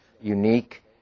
unique